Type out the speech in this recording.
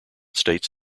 states